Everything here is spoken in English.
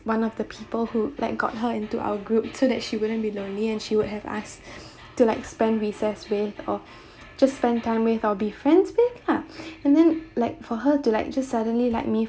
one of the people who like got her into our group so that she wouldn't be lonely and she would have us to like spend recess with or just spend time with or befriends with lah and then like for her to like just suddenly like me